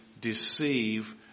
deceive